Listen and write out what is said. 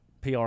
PR